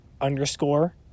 underscore